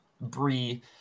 Bree